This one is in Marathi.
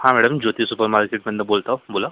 हां मॅडम ज्योती सुपरमार्केटमधनं बोलत आहो बोला